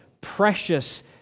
precious